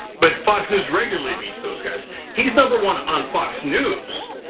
but fox news regularly beats those guys. he's number one on fox news,